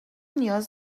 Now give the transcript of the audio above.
نیاز